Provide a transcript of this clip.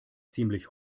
ziemlich